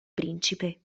principe